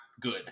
good